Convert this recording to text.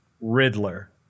Riddler